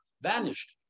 vanished